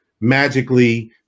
magically